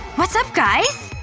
what's up, guys?